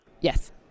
Yes